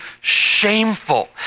shameful